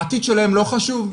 העתיד שלהם לא חשוב?